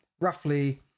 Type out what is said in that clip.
roughly